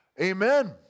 Amen